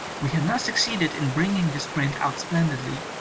we have now succeeded in bringing this print out splendidly,